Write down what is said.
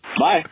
Bye